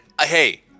Hey